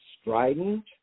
strident